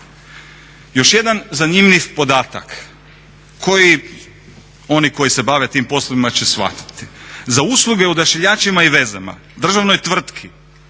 Još jedan zanimljiv podatak koji oni koji se bave tim poslovima će shvatiti. Za usluge Odašiljačima i vezama državnoj tvrtki